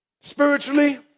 spiritually